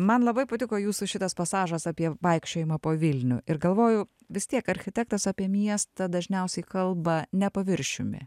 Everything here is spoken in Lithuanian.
man labai patiko jūsų šitas pasažas apie vaikščiojimą po vilnių ir galvoju vis tiek architektas apie miestą dažniausiai kalba ne paviršiumi